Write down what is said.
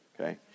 okay